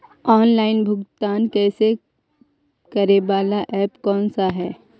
Online भुगतान करे बाला ऐप कौन है?